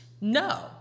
No